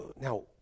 Now